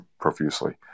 profusely